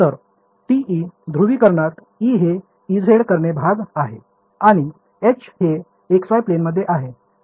तर TM ध्रुवीकरणात E हे Ez करणे भाग आहे आणि H हे xy प्लेनमध्ये आहे